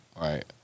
right